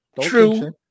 true